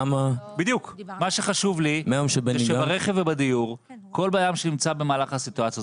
מה שחשוב לי זה שברכב ובדיור כל בן אדם שנמצא במהלך הסיטואציה הזאת,